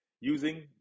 using